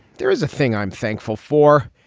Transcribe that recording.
there is a thing i'm thankful for.